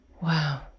Wow